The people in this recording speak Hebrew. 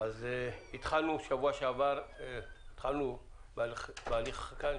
התחלנו בשבוע שעבר בהליך החקיקה.